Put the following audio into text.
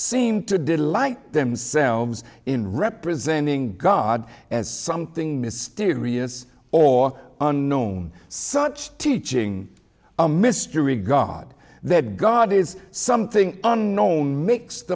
seem to delight themselves in representing god as something mysterious or unknown such teaching a mystery god that god is something unknown m